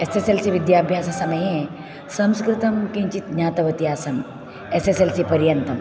S S L C विद्याभ्याससमये संस्कृतं किञ्चित् ज्ञातवती आसम् एस् एस् एल् सि पर्यन्तम्